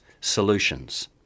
solutions